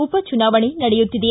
ಉಪಚುನಾವಣೆ ನಡೆಯುತ್ತಿದೆ